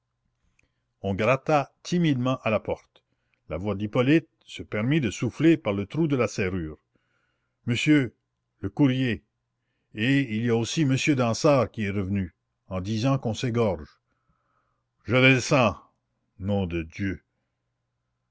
on gratta timidement à la porte la voix d'hippolyte se permit de souffler par le trou de la serrure monsieur le courrier et il y a aussi monsieur dansaert qui est revenu en disant qu'on s'égorge je descends nom de dieu